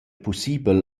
pussibel